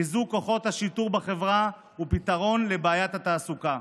חיזוק כוחות השיטור בחברה ופתרון לבעיית התעסוקה.